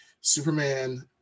Superman